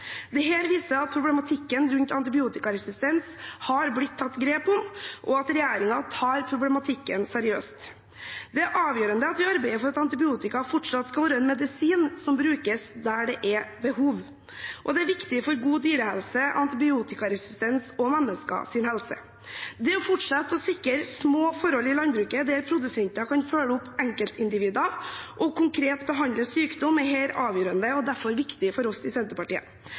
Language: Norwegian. viser at problematikken rundt antibiotikaresistens har blitt tatt grep om, og at regjeringen tar problematikken seriøst. Det er avgjørende at vi arbeider for at antibiotika fortsatt skal være en medisin som brukes der det er behov, og det er viktig for god dyrehelse, antibiotikaresistens og menneskers helse. Det å fortsette å sikre små forhold i landbruket, der produsenter kan følge opp enkeltindivider og konkret behandle sykdom, er her avgjørende og derfor viktig for oss i Senterpartiet